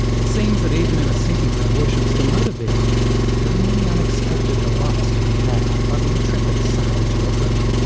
it seems that even in a city that worships the motor vehicle there are many unexpected delights to be had by the intrepid psychogeographer.